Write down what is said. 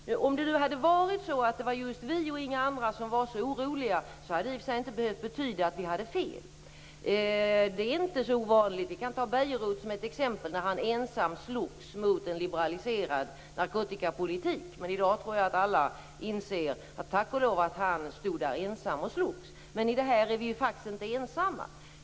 Men om det hade varit så att det just var vi och inga andra som var så oroliga, hade det i och för sig inte behövt betyda att vi hade fel. Det är inte så ovanligt. Vi kan ta Bejerot som ett exempel som ensam slogs mot en liberaliserad narkotikapolitik. I dag säger väl alla: Tack och lov att han slogs. I det här är vi faktiskt inte ensamma.